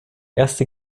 erste